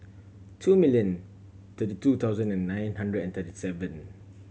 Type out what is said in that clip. two million thirty two thousand and nine hundred and thirty seven